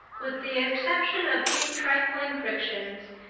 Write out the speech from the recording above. with the exception of these trifling frictions,